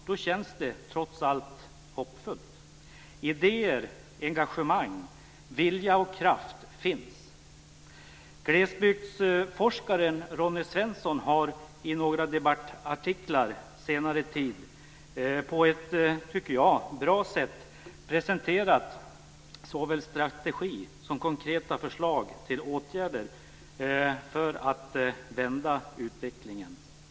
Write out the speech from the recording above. Då känns det trots allt hoppfullt. Idéer, engagemang, vilja och kraft finns. Glesbygdsforskaren Ronny Svensson har i några debattartiklar på senare tid på ett som jag tycker bra sätt presenterat såväl strategi som konkreta förslag till åtgärder för att vända utvecklingen.